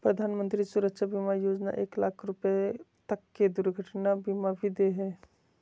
प्रधानमंत्री सुरक्षा बीमा योजना एक लाख रुपा तक के दुर्घटना बीमा भी दे हइ